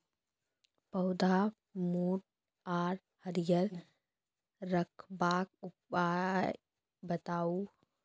पौधा मोट आर हरियर रखबाक उपाय बताऊ?